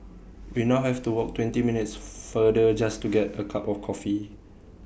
we now have to walk twenty minutes further just to get A cup of coffee